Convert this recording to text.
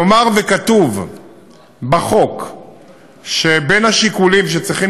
נאמר שכתוב בחוק שבין השיקולים שצריכים